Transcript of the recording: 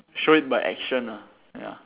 show it by action ah ya